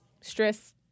Stress